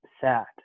sad